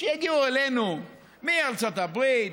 שיגיעו אלינו מארצות הברית,